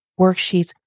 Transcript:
worksheets